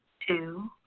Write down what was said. two,